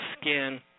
skin